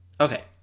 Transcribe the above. Okay